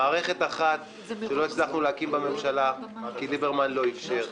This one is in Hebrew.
במערכת אחת לא הצלחנו להקים ממשלה כי ליברמן לא איפשר,